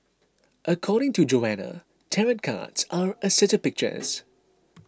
according to Joanna tarot cards are a set of pictures